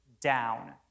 down